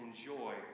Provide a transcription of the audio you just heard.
enjoy